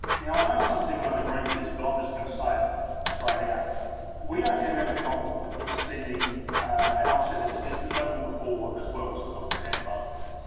now and i know some people don't agree with this but i'm just going to say it straight out we don't have any problem in spending and i've said this a district level before as well so i'm um just and